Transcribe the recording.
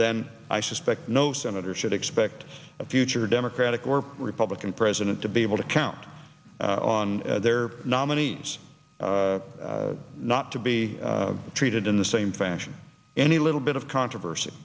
then i suspect no senator should expect a future democratic or republican president to be able to count on their nominees not to be treated in the same fashion any little bit of controversy